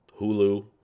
Hulu